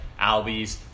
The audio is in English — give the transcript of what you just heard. Albies